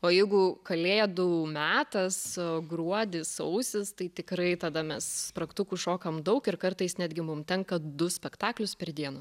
o jeigu kalėdų metas gruodis sausis tai tikrai tada mes spragtukų šokam daug ir kartais netgi mum tenka du spektaklius per dieną